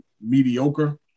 mediocre